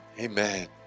amen